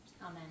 Amen